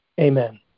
amen